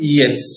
yes